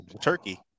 turkey